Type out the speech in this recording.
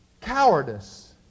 cowardice